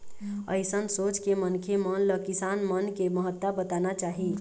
अइसन सोच के मनखे मन ल किसान मन के महत्ता बताना चाही